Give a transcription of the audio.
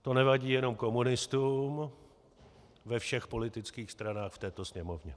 To nevadí jenom komunistům ve všech politických stranách této Sněmovny.